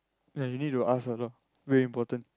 ya you need to ask also very important